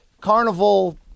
carnival